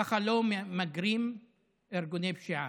ככה לא ממגרים ארגוני פשיעה.